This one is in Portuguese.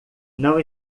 não